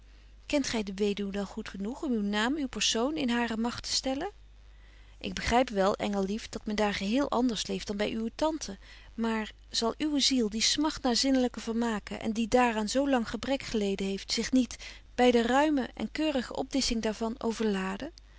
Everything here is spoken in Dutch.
kent gy de weduw dan genoeg om uw naam uw persoon in hare magt te stellen ik begryp wel engel lief dat men dààr geheel anders leeft dan by uwe tante maar zal uwe ziel die smagt naar zinnelyke vermaken en die daar aan zo lang gebrek geleden heeft zich niet by de ruime en keurige opdissing daarvan overladen